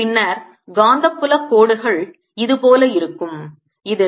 பின்னர் காந்தப்புல கோடுகள் இது போல இருக்கும் இது